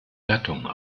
gattung